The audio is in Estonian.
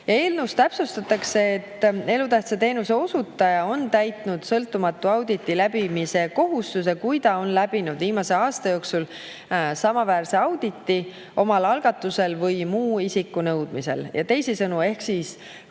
Eelnõus täpsustatakse, et elutähtsa teenuse osutaja on täitnud sõltumatu auditi läbimise kohustuse, kui ta on läbinud viimase aasta jooksul samaväärse auditi oma algatusel või muu isiku nõudmisel. Teisisõnu, kui elutähtsa